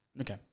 Okay